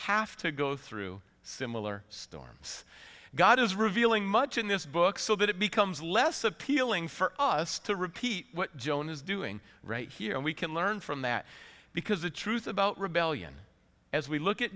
have to go through similar storms god is revealing much in this book so that it becomes less appealing for us to repeat what jonah is doing right here and we can learn from that because the truth about rebellion as we look at